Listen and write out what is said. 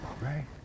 right